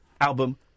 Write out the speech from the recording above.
album